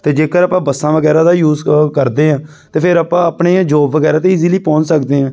ਅਤੇ ਜੇਕਰ ਆਪਾਂ ਬੱਸਾਂ ਵਗੈਰਾ ਦਾ ਯੂਜ ਅ ਕਰਦੇ ਹਾਂ ਤਾਂ ਫਿਰ ਆਪਾਂ ਆਪਣੇ ਜੋਬ ਵਗੈਰਾ 'ਤੇ ਈਜ਼ੀਲੀ ਪਹੁੰਚ ਸਕਦੇ ਹਾਂ